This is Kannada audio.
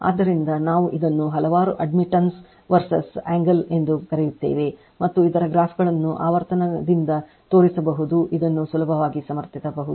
ಆದ್ದರಿಂದ ನಾವು ಇದನ್ನು ಹಲವಾರು ಅಡ್ಮಿತ್ತನ್ಸ್ ವರ್ಸಸ್ ಆಂಗಲ್ ಎಂದು ಕರೆಯುತ್ತೇವೆ ಇತರ ಗ್ರಾಫ್ಗಳನ್ನು ಆವರ್ತನದಿಂದ ತೋರಿಸಬಹುದು ಇದನ್ನು ಸುಲಭವಾಗಿ ಸಮರ್ಥಿಸಬಹುದು